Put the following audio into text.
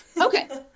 Okay